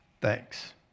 Thanks